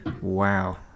Wow